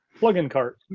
plugin cart.